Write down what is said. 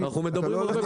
השר,